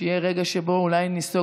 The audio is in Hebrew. שיהיה רגע שבו אולי ניסוג,